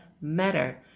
matter